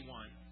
one